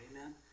Amen